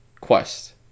quest